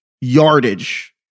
yardage